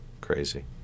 Crazy